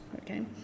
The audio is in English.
okay